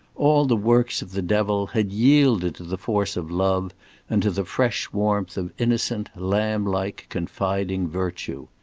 all the works of the devil, had yielded to the force of love and to the fresh warmth of innocent, lamb-like, confiding virtue.